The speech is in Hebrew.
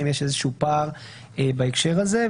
האם יש איזשהו פער בהקשר הזה?